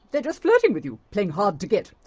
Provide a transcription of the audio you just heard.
they're just flirting with you, playing hard to get.